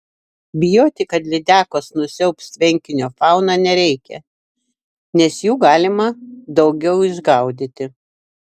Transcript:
bijoti kad lydekos nusiaubs tvenkinio fauną nereikia nes jų galima daugiau išgaudyti